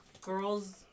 girls